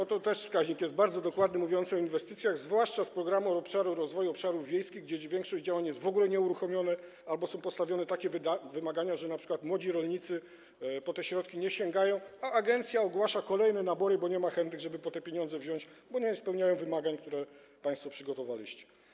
Jest też bardzo dokładny wskaźnik mówiący o inwestycjach, zwłaszcza z Programu Rozwoju Obszarów Wiejskich, gdzie większość działań jest w ogóle nieuruchomionych albo są postawione takie wymagania, że np. młodzi rolnicy po te środki nie sięgają, a agencja ogłasza kolejne nabory, bo nie ma chętnych, żeby te pieniądze wziąć, bo rolnicy nie spełniają wymagań, które państwo przygotowaliście.